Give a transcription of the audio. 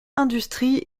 industrie